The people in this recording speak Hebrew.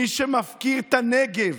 מי שמפקיר את הנגב,